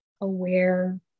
aware